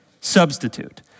substitute